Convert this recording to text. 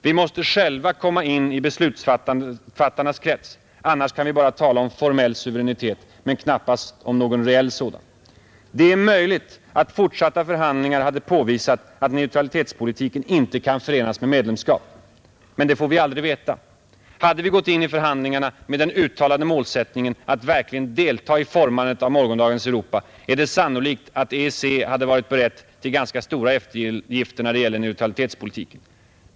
Vi måste själva komma in i beslutsfattarnas krets — annars kan vi bara tala om formell suveränitet men knappast om någon reell sådan. Det är möjligt att fortsatta förhandlingar hade påvisat att neutralitetspolitiken inte kan förenas med medlemskap. Men det får vi aldrig veta. Hde vi gått in i förhandlingarna med den uttalade målsättningen att verkligen delta i formandet av morgondagens Europa, är det sannolikt att EEC hade varit berett till ganska stora eftergifter när det gäller neutralitetspolitiken.